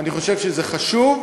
אני חושב שזה חשוב,